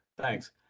Thanks